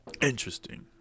interesting